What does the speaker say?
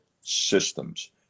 systems